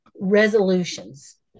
resolutions